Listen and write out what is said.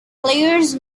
players